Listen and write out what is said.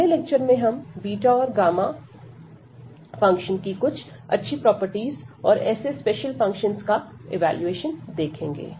अगले लेक्चर में हम बीटा और गामा फंक्शन की कुछ अच्छी प्रॉपर्टीज और ऐसे स्पेशल फंक्शंस का इवैल्यूएशन देखेंगे